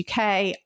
uk